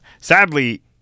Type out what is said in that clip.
sadly